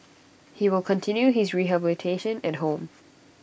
he will continue his rehabilitation at home